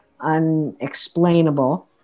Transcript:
unexplainable